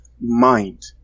mind